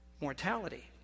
mortality